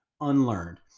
unlearned